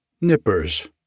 Nippers